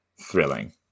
thrilling